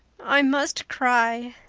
i must cry,